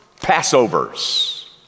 Passovers